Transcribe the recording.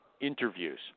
interviews